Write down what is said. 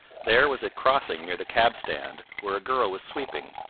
there was a crossing near the cab-stand, where a girl was sweeping.